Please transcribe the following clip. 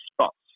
spots